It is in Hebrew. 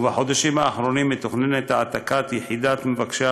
ובחודשים הקרובים מתוכננת העתקת יחידת מבקשי